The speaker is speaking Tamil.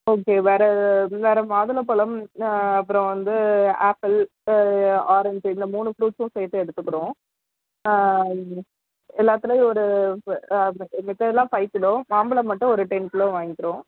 ஓகே வேறு வேறு மாதுளம்பழம் அப்புறம் வந்து ஆப்பிள் ஆரஞ்சு இந்த மூணு ஃப்ரூட்ஸ்ஸும் சேர்த்து எடுத்துக்கிறோம் எல்லாத்துலேயும் ஒரு மத்ததெல்லாம் ஃபைவ் கிலோ மாம்பழம் மட்டும் ஒரு டென் கிலோ வாங்கிக்கிறோம்